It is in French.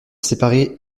séparée